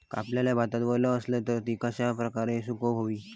कापलेल्या भातात वल आसली तर ती कश्या प्रकारे सुकौक होई?